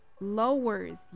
lowers